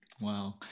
Wow